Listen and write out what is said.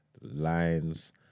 lines